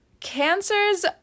Cancers